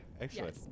Excellent